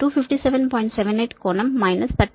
78 కోణం మైనస్ 30